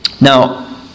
Now